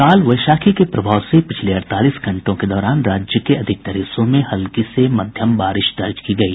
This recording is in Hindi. काल वैशाखी के प्रभाव से पिछले अड़तालीस घंटों के दौरान राज्य के अधिकांश हिस्सों में हल्की से मध्यम बारिश दर्ज की गयी